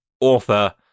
author